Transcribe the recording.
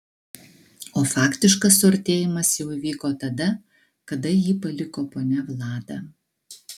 o faktiškas suartėjimas jau įvyko tada kada jį paliko ponia vlada